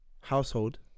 household